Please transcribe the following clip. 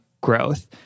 growth